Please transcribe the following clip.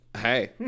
Hey